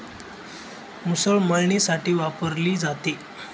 मुसळ मळणीसाठी वापरली जाते